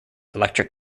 electric